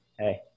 hey